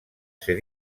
ser